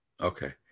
Okay